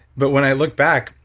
but when i look back,